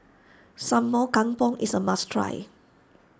Sambal Kangkong is a must try